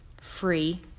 free